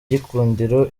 gikundiro